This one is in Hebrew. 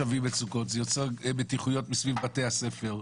מצוקות ומתיחויות סביב בתי ספר,